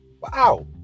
Wow